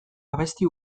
abesti